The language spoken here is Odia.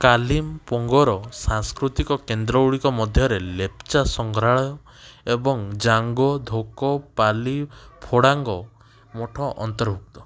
କାଲିମପୋଙ୍ଗର ସାଂସ୍କୃତିକ କେନ୍ଦ୍ରଗୁଡ଼ିକ ମଧ୍ୟରେ ଲେପ୍ଚା ସଂଗ୍ରହାଳୟ ଏବଂ ଜାଙ୍ଗ ଧୋକ ପାଲି ଫୋଡ଼ାଙ୍ଗ ମଠ ଅନ୍ତର୍ଭୁକ୍ତ